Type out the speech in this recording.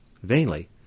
vainly